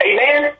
Amen